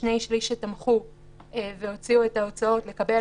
לשני-השליש שתמכו והוציאו את ההוצאות לקבל